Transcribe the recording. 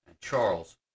Charles